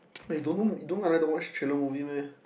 eh you don't know you don't know I like to watch thriller movie meh